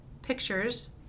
pictures